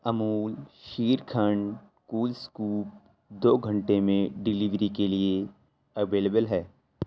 Amul shrikhand cool scoop دو گھنٹے میں ڈلیوری کے لیے اویلیبل ہے